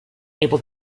able